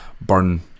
Burn